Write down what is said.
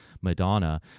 Madonna